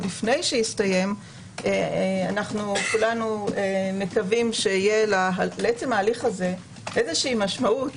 טרם לכך כולנו מקווים שיהיה לעצם ההליך הזה משמעות